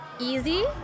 easy